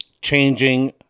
changing